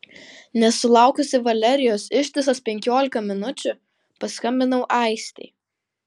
nesulaukusi valerijos ištisas penkiolika minučių paskambinau aistei